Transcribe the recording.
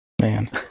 Man